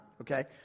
okay